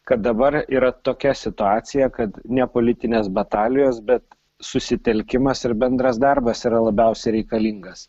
kad dabar yra tokia situacija kad ne politinės batalijos bet susitelkimas ir bendras darbas yra labiausiai reikalingas